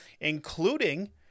including